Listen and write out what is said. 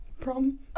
prom